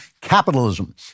capitalism